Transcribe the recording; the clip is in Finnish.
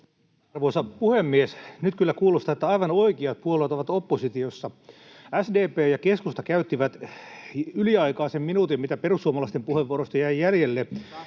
Arvoisa puhemies! Nyt kyllä kuulostaa siltä, että aivan oikeat puolueet ovat oppositiossa. SDP ja keskusta käyttivät yliaikaa sen minuutin, mitä perussuomalaisten puheenvuorosta jäi jäljelle,